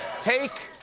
take,